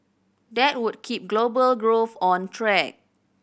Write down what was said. that would keep global growth on track